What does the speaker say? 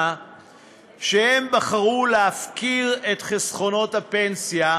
שהם בחרו להפקיר את חסכונות הפנסיה,